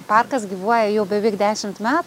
parkas gyvuoja jau beveik dešimt metų